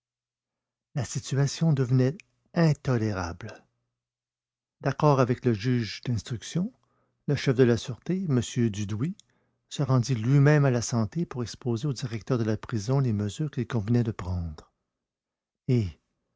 la situation devenait intolérable d'accord avec le juge d'instruction le chef de la sûreté m dudouis se rendit lui-même à la santé pour exposer au directeur de la prison les mesures qu'il convenait de prendre et